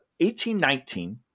1819